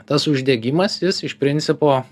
tas uždegimas jis iš principo